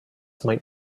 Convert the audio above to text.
might